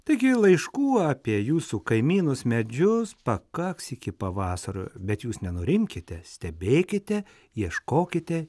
taigi laiškų apie jūsų kaimynus medžius pakaks iki pavasario bet jūs nenurimkite stebėkite ieškokite